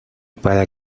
para